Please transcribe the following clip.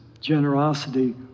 generosity